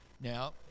Now